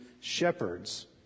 shepherds